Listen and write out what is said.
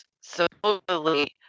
supposedly